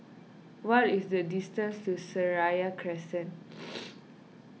what is the distance to Seraya Crescent